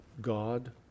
God